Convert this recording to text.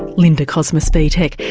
linda kozma-spytek.